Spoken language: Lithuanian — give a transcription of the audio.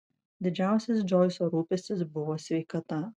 didžiausias džoiso rūpestis buvo sveikata